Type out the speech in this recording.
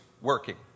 working